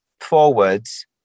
forwards